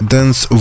Dance